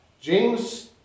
James